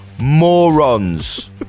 Morons